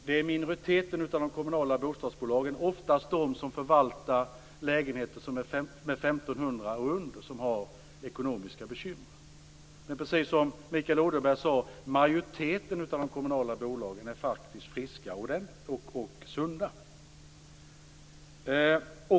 Det är minoriteten av de kommunala bostadsbolagen - oftast de som förvaltar 1 500 lägenheter eller färre - som har ekonomiska bekymmer. Precis som Mikael Odenberg sade är majoriteten av de kommunala bolagen faktiskt friska och sunda.